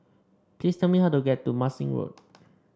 please tell me how to get to Marsiling Road